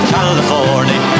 California